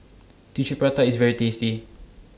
Tissue Prata IS very tasty